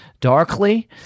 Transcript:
darkly